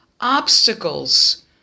obstacles